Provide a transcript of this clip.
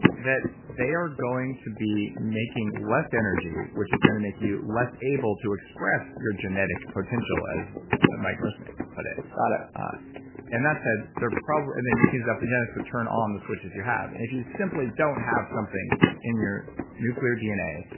that they are going to be making less energy, which is going to make you less able to express your genetic potential as mike merzenich would put it got it ah and that said, there probably. and then you can use epigenetics to turn on the switches you have. and if you simply don't have something in your nuclear dna,